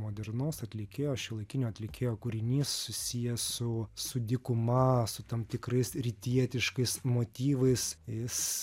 modernaus atlikėjo šiuolaikinio atlikėjo kūrinys susijęs su su dykuma su tam tikrais rytietiškais motyvais jis